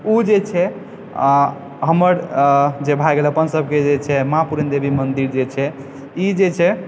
ओ जे छै आओर हमर जे भऽ गेल अपन सभक जे छै माँ पूरणदेवी मन्दिर जे छै ई जे छै